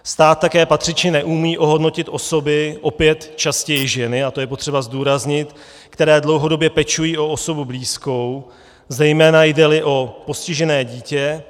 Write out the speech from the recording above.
Stát také patřičně neumí ohodnotit osoby opět častěji ženy, a to je potřeba zdůraznit které dlouhodobě pečují o osobu blízkou, zejména jdeli o postižené dítě.